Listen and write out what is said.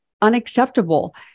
unacceptable